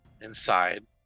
inside